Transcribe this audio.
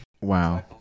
Wow